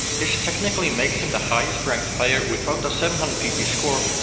this technically makes him the highest ranked player without a seven hundred pp score,